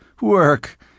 Work